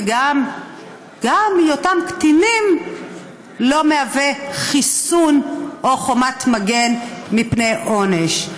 וגם היותם קטינים אין בו חיסון או חומת מגן מפני עונש.